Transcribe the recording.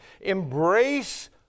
Embrace